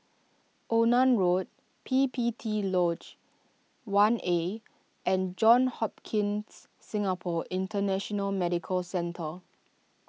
Onan Road P P T Lodge one A and Johns Hopkins Singapore International Medical Centre